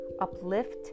uplift